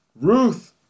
Ruth